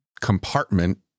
compartment